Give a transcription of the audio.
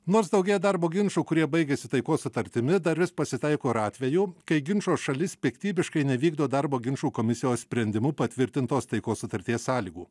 nors daugėja darbo ginčų kurie baigėsi taikos sutartimi dar vis pasitaiko ir atvejų kai ginčo šalis piktybiškai nevykdo darbo ginčų komisijos sprendimu patvirtintos taikos sutarties sąlygų